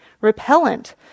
repellent